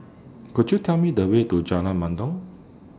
Could YOU Tell Me The Way to Jalan Mendong